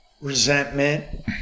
resentment